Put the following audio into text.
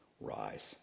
rise